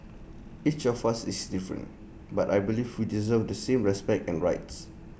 each of us is different but I believe we deserve the same respect and rights